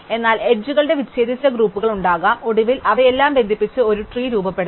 എന്നാൽ അരികുകളുടെ വിച്ഛേദിച്ച ഗ്രൂപ്പുകൾ ഉണ്ടാകാം ഒടുവിൽ അവയെല്ലാം ബന്ധിപ്പിച്ചു ഒരു ട്രീ രൂപപ്പെടുത്താം